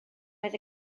oedd